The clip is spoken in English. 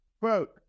Quote